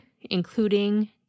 including